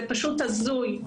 זה פשוט הזוי,